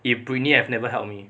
if britney have never helped me